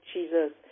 Jesus